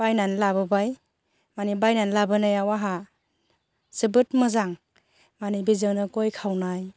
बायनानै लाबोबाय मानि बायनानै लाबोनायाव आहा जोबोद मोजां मानि बेजोंनो गय खावनाय